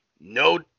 no